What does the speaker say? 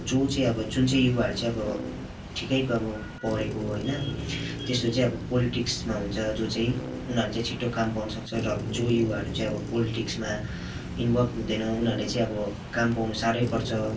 जो चाहिँ अब जुन चाहिँ युवाहरू चाहिँ अब ठिकैको अब पढेको होइन त्यस्तो चाहिँ अब पोलिटिक्समा हुन्छ जो चाहिँ उनीहरूले चाहिँ छिट्टै काम पाउन सक्छ र जो युवाहरू चाहिँ पोलिटिक्समा इनभल्भ हुँदैन उनीहरूले चाहिँ अब काम पाउनु साह्रै पर्छ